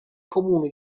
comuni